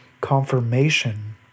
confirmation